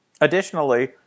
Additionally